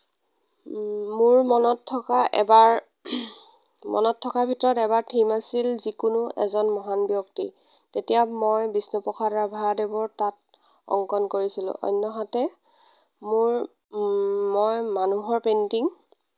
মোৰ মনত থকা এবাৰ মনত থকাৰ ভিতৰত এবাৰ থিম আছিল যিকোনো এজন মহান ব্যক্তি তেতিয়া মই বিষ্ণু প্ৰসাদ ৰাভাদেৱক তাত অংকন কৰিছিলোঁ অন্যহাতে মোৰ মই মানুহৰ পেইণ্টিং